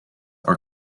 are